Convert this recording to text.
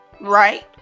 Right